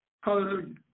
Hallelujah